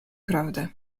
prawdę